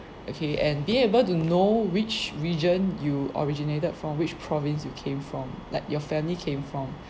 okay and being able to know which region you originated from which province you came from like your family came from